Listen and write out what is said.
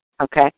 okay